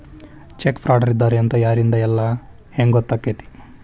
Check ಫ್ರಾಡರಿದ್ದಾರ ಅಂತ ಯಾರಿಂದಾ ಇಲ್ಲಾ ಹೆಂಗ್ ಗೊತ್ತಕ್ಕೇತಿ?